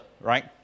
right